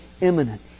imminent